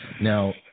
Now